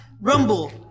rumble